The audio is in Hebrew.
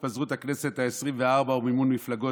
התפזרות הכנסת העשרים-וארבע ומימון מפלגות,